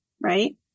right